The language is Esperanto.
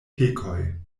pekoj